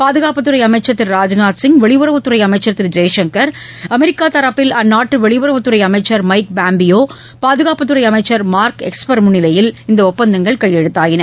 பாதுகாப்புத்துறைஅமைச்சர் திரு ராஜ்நாத்சிங் வெளியுறவுத்துறைஅமைச்சர் திருஜெய்சங்கர் அமெரிக்காதரப்பில் அந்நாட்டுவெளியுறவுத்துறைஅமைச்சர் Mike Pompeo பாதுகாப்பு அமைச்சர் mark Esper முன்னிவையில் இந்தஒப்பந்தங்கள் கையெழுத்தாயின